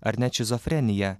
ar net šizofreniją